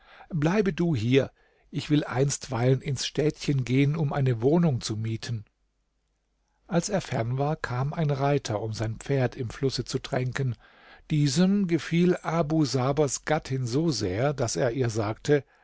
bleibe du hier ich will einstweilen ins städtchen gehen um eine wohnung zu mieten als er fern war kam ein reiter um sein pferd im flusse zu tränken diesem gefiel abu sabers gattin so sehr daß er ihr sagte